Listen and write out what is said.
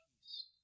peace